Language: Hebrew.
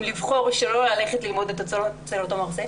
לבחור שלא ללכת ללמוד אצל אותו מרצה,